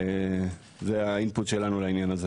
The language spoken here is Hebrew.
זה האימפוט שלנו לעניין.